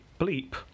bleep